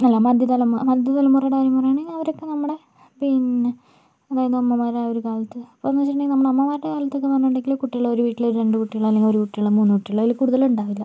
അല്ല മധ്യ തലമുറ മധ്യ തലമുറയുടെ കാര്യം പറയാണെങ്കിൽ അവരിപ്പോൾ നമ്മടെ പിന്നെ അതായത് അമ്മമാരായ ഒരു കാലത്ത് അപ്പൊന്ന് വെച്ചിട്ടുണ്ടെങ്കിൽ നമ്മടെ അമ്മമാരെ കാലത്തക്കെന്ന് പറഞ്ഞിട്ടുണ്ടെങ്കിൽ കുട്ടികൾ ഒരു വീട്ടിൽ രണ്ട് കുട്ടികൾ അല്ലെങ്കിൽ ഒരു കുട്ടികൾ മൂന്ന് കുട്ടികൾ അതിൽ കൂടുതലുണ്ടാവില്ല